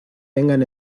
vengan